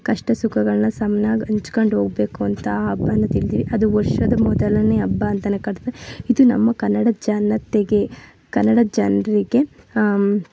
ಕಷ್ಟ ಸುಖಗಳನ್ನ ಸಮನಾಗಿ ಹಂಚ್ಕೊಂಡು ಹೋಗ್ಬೇಕು ಅಂತ ಆ ಹಬ್ಬನ ತಿಳಿದ್ವಿ ಅದು ವರ್ಷದ ಮೊದಲನೇ ಹಬ್ಬ ಅಂತೆಯೇ ಕರಿತಾರೆ ಇದು ನಮ್ಮ ಕನ್ನಡ ಜನತೆಗೆ ಕನ್ನಡ ಜನರಿಗೆ